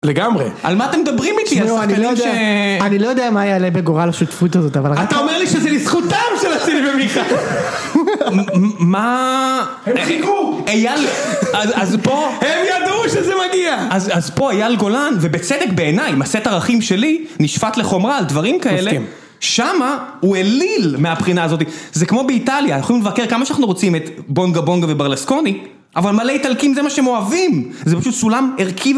לגמרי. על מה אתם מדברים איתי, הספקנים ש... אני לא יודע מה יעלה בגורל השותפות הזאת, אבל רק... אתה אומר לי שזה לזכותם של עשירי ומיכל! מה... הם חיכו! אייל... אז פה... הם ידעו שזה מגיע! אז פה אייל גולן, ובצדק בעיניי, הסט ערכים שלי, נשפט לחומרה על דברים כאלה, שמה הוא אליל מהבחינה הזאת. זה כמו באיטליה, אנחנו יכולים לבקר כמה שאנחנו רוצים, את בונגה בונגה וברלסקוני, אבל מלא איטלקים זה מה שהם אוהבים! זה פשוט סולם ערכי...